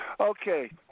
Okay